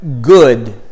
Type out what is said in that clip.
good